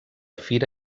fira